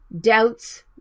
doubts